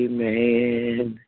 Amen